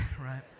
right